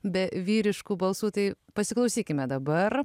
be vyriškų balsų tai pasiklausykime dabar